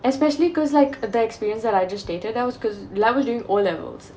especially cause like uh that experience that I just stated that was cause level during O levels